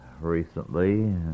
recently